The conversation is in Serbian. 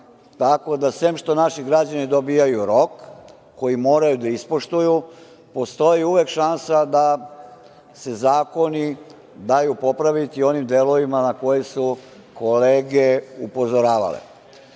tako da sem što naši građani dobijaju rok koji moraju da ispoštuju, postoji uvek šansa da se zakoni daju popraviti u onim delovima na koje su kolege upozoravale,